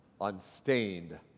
unstained